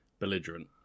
belligerent